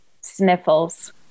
Sniffles